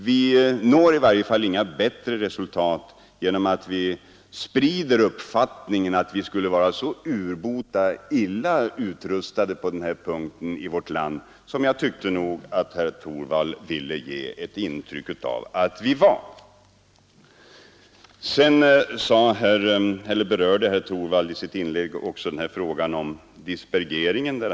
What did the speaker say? Vi når i varje fall inga bättre resultat genom att vi sprider uppfattningen att vi skulle vara så urbota illa utrustade på den här punkten i vårt land, som jag nog tyckte att herr Torwald ville ge ett intryck av. Sedan berörde herr Torwald i sitt inlägg också frågan om dispergeringen.